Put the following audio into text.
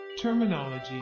Terminology